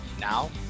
Now